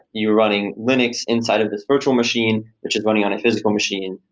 you're running linux inside of this virtual machine which is running on a physical machine.